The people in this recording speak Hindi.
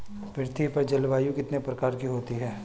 पृथ्वी पर जलवायु कितने प्रकार की होती है?